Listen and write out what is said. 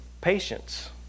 patience